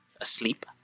asleep